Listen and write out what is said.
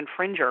infringer